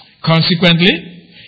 Consequently